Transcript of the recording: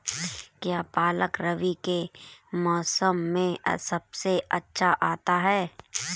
क्या पालक रबी के मौसम में सबसे अच्छा आता है?